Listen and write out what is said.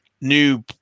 new